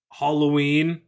halloween